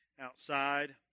outside